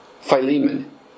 Philemon